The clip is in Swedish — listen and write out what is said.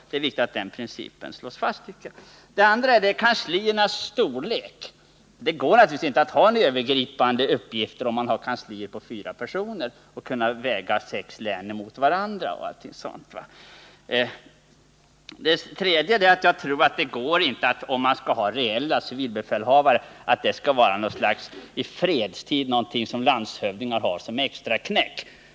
Det är viktigt att den principen slås fast, tycker jag. Det andra är kansliernas storlek. Det går naturligtvis inte att ha övergripande uppgifter och väga t.ex. sex län mot varandra, om man har För det tredje tror jag inte, om man skall ha reella civilbefälhavare, att det går att låta den sysslan vara någonting som landshövdingarna har som extraknäck.